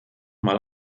mal